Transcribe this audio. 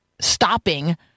stopping